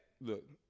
look